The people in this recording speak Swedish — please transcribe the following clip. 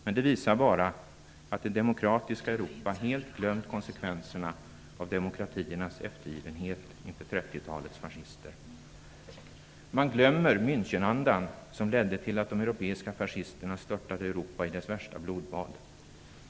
Men det visar bara att det demokratiska Europa helt glömt konsekvenserna av demokratiernas eftergivenhet inför 1930-talets fascister. Man glömmer Münchenandan som ledde till att de europeiska fascisterna störtade Europa i dess värsta blodbad.